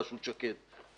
בראשות שקד.